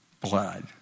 blood